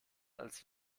als